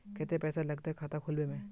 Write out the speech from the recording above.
केते पैसा लगते खाता खुलबे में?